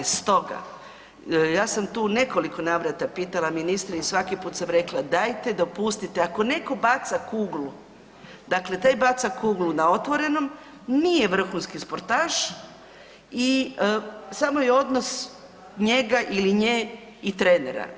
Stoga ja sam tu u nekoliko navrata pitala ministra i svaki put sam rekla dajte dopustite ako neko baca kuglu, dakle taj baca kuglu na otvorenom, nije vrhunski sportaš i samo je odnos njega ili nje i trenera.